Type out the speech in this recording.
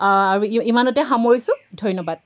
আৰু ইমানতে সামৰিছোঁ ধন্যবাদ